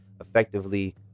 effectively